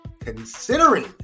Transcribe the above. considering